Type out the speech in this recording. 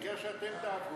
העיקר שאתם תעברו.